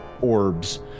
orbs